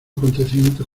acontecimientos